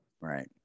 right